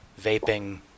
vaping